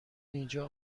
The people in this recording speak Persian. اینجا